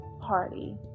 party